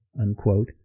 unquote